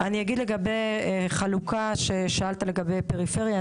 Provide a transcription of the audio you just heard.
אני אגיד לגבי חלוקה ששאלת לגבי פריפריה,